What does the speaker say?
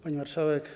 Pani Marszałek!